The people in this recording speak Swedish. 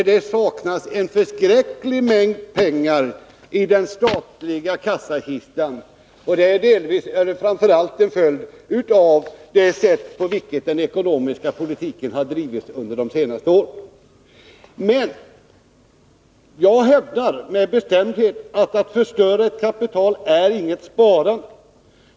Ja, det saknas en förskräckande stor mängd pengar i den statliga kassakistan, och det är delvis eller framför allt en följd av hur den ekonomiska politiken har bedrivits under de senaste åren. Men jag hävdar med bestämdhet att det inte är något sparande att förstöra ett kapital.